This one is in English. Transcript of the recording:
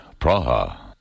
Praha